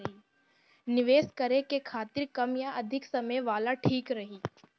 निवेश करें के खातिर कम या अधिक समय वाला ठीक रही?